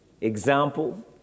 example